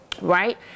Right